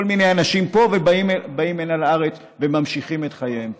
מיני אנשים פה ובאים הנה לארץ וממשיכים את חייהם פה.